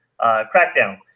Crackdown